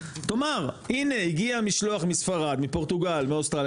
תאמר הנה הגיע משלוח מספרד מפורטוגל מאוסטרליה